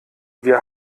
wir